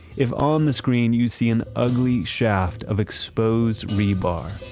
if on the screen you see an ugly shaft of exposed rebar,